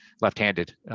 left-handed